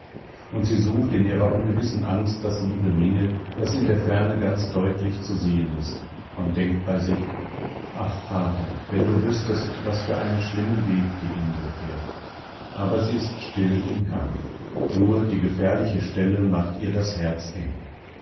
und sie sucht in ihrer ungewissen angst das liebe minge das in der ferne ganz deutlich zu sehen ist und denkt bei sich ach vater wenn du wüßtest was für einen schlimmen weg die indre fährt aber sie ist still im herrn nur die gefährliche stelle macht ihr das herz eng